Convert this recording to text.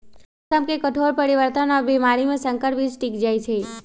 मौसम के कठोर परिवर्तन और बीमारी में संकर बीज टिक जाई छई